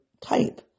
type